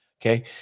okay